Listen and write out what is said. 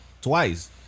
twice